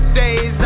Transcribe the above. days